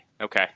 Okay